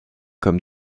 comme